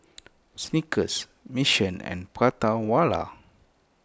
Snickers Mission and Prata Wala